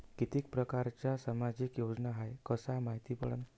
कितीक परकारच्या सामाजिक योजना हाय कस मायती पडन?